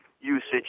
usage